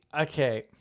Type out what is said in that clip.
okay